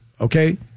Okay